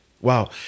wow